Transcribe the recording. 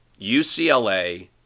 UCLA